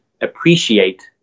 appreciate